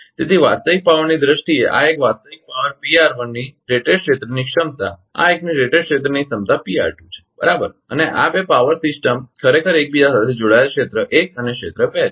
તેથી વાસ્તવિક પાવરની દ્રષ્ટિએ આ એક વાસ્તવિક પાવર ની રેટેડ ક્ષેત્રની ક્ષમતા આ એકની રેટેડ ક્ષેત્રની ક્ષમતા છે બરાબર અને આ બે પાવર સિસ્ટમ ખરેખર એકબીજા સાથે જોડાયેલા ક્ષેત્ર એક અને ક્ષેત્ર બે છે